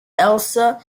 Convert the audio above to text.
elsa